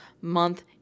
month